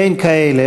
אין כאלה.